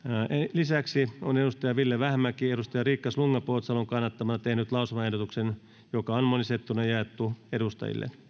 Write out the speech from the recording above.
lisäksi on ville vähämäki riikka slunga poutsalon kannattamana tehnyt lausumaehdotuksen joka on monistettuna jaettu edustajille